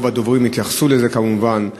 רוב הדוברים התייחסו לזה, כמובן.